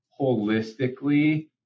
holistically